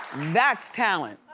that's talent.